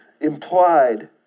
implied